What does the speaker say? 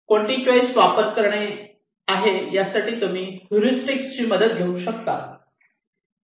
कोणती चॉईस वापर करणे आहे यासाठी तुम्ही हेरिस्टिक्स ची मदत घेऊ शकतात